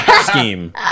scheme